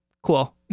Cool